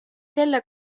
selle